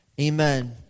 Amen